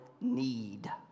need